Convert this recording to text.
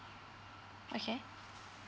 okay